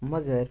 مگر